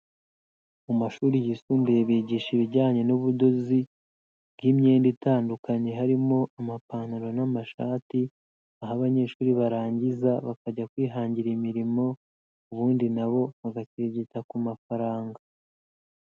Mu mashuri yisumbuye bigisha ibijyanye n'ubudozi bw'imyenda itandukanye, harimo amapantaro n'amashati, aho abanyeshuri barangiza bakajya kwihangira imirimo ubundi nabo bagakirigita ku mafaranga.